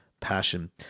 passion